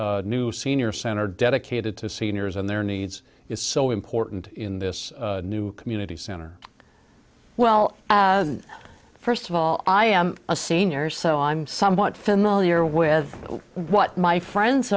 new senior center dedicated to seniors and their needs is so important in this new community center well first of all i am a senior so i'm somewhat familiar with what my friends